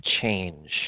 change